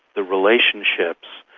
the relationships,